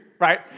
right